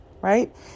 right